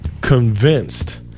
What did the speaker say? convinced